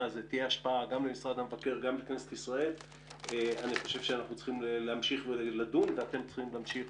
הזהף אני חושב שאנחנו צריכים להמשיך לדון ואתם צריכים להמשיך